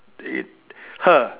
her